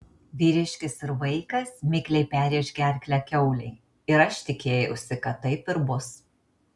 vyriškis ir vaikas mikliai perrėš gerklę kiaulei ir aš tikėjausi kad taip ir bus